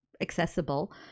accessible